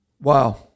Wow